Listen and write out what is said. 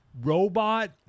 robot